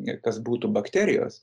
kas būtų bakterijos